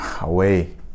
away